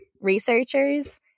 researchers